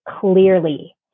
clearly